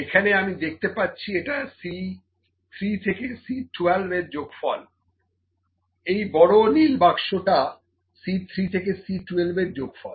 এখানে আমি দেখতে পাচ্ছি এটা C 3 থেকে C12 এর যোগফল এই বড় নীল বাক্সটা C 3 থেকে C12 এর যোগফল